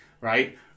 right